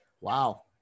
wow